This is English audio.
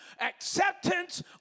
acceptance